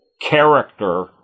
character